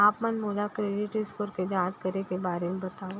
आप मन मोला क्रेडिट स्कोर के जाँच करे के बारे म बतावव?